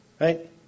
Right